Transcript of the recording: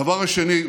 הדבר השני,